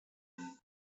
anem